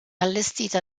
allestita